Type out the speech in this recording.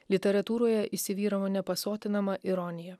literatūroje įsivyravo nepasotinama ironija